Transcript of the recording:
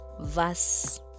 verse